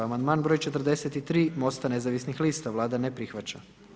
Amandman broj 43 Mosta nezavisnih lista, Vlada ne prihvaća.